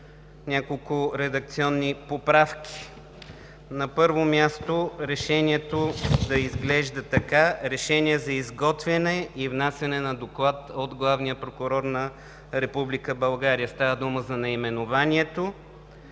няколко редакционни поправки. На първо място, Решението да изглежда така: „Решение за изготвяне и внасяне на доклад от Главния прокурор на Република България“ – става дума за наименованието.